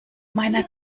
meiner